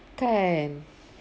kan